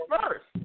first